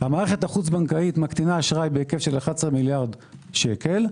המערכת החוץ בנקאית מקטינה אשראי בהיקף של 11 מיליארד שקל,